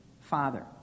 father